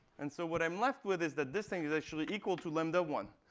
and so what i'm left with is that this thing is actually equal to lambda one.